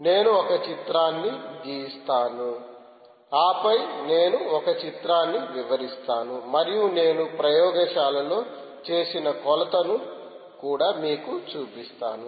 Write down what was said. నేను ఒక చిత్రాన్ని గీస్తాను ఆపై నేను ఒక చిత్రాన్ని వివరిస్తాను మరియు నేను ప్రయోగశాలలో చేసిన కొలతను కూడా మీకు చూపిస్తాను